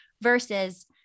versus